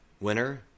winner